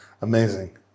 amazing